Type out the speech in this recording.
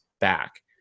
back